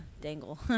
Dangle